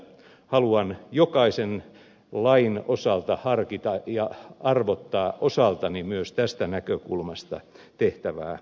haluan jokaisen lain osalta harkita ja arvottaa osaltani myös tästä näkökulmasta tehtävää päätöstä